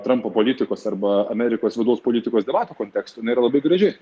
trampo politikos arba amerikos vidaus politikos debatų kontekstų jinai yra labai graži